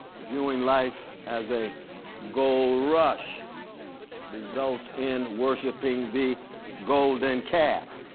viewing life as a gold rush results in worshiping the golden calf,